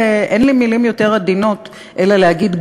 אין לי מילים יותר עדינות אלא להגיד,